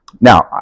Now